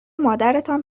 مادرتان